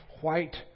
white